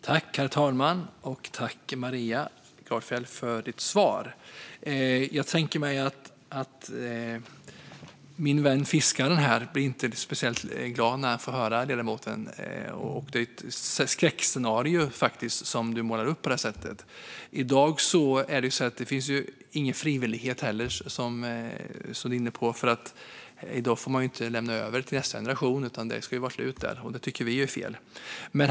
Herr talman! Tack, Maria Gardfjell, för ditt svar! Jag tänker att min vän fiskaren inte kommer att bli speciellt glad när han får höra ledamoten måla upp detta skräckscenario. I dag finns det inte heller någon frivillighet, som ledamoten var inne på. Man får inte lämna över till nästa generation, utan det ska vara slut där. Det tycker vi är fel.